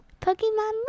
pokemon